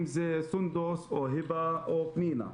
אם זה סונדוס או היבה או פנינה,